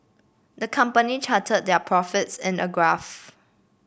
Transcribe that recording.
the company charted their profits in a graph